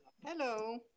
Hello